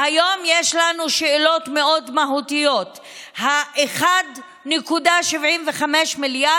והיום יש לנו שאלות מאוד מהותיות: ה-1.75 מיליארד,